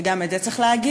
וגם את זה צריך להגיד.